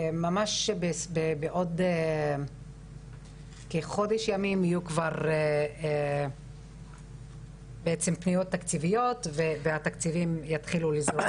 בעוד כחודש ימים יהיו כבר פניות תקציביות והתקציבים יתחילו לזרום.